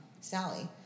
Sally